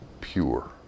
pure